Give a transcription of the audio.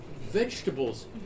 vegetables